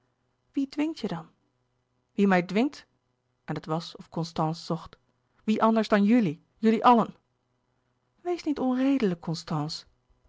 wie dwingt je dan wie mij dwingt en het was of constance zocht wie anders dan jullie jullie allen wees niet onredelijk constance